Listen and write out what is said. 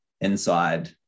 inside